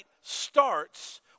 starts